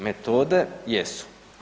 Metode jesu.